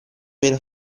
meno